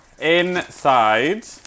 Inside